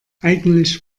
eigentlich